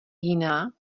jiná